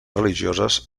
religioses